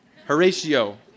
Horatio